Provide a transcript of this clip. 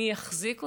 מי יחזיק אותו?